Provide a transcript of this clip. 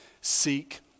Seek